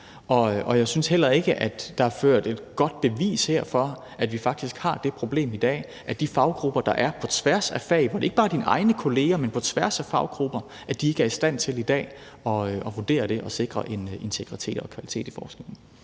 Og jeg synes heller ikke, at der her er ført et godt bevis for, at vi faktisk har det problem i dag, altså at de faggrupper, der er på tværs af fag – ikke bare dine egne kollegaer, men på tværs af faggrupper – ikke i dag er i stand til at vurdere det og sikre integritet og kvalitet i forskningen.